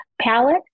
palette